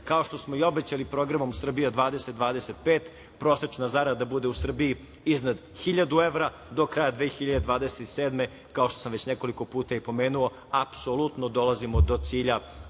kao što smo i obećali programom „Srbija 2025“, prosečna zarada bude u Srbiji iznad 1.000 evra, do kraja 2027. godine, kao što sam već nekoliko puta i pomenuo, apsolutno dolazimo do cilja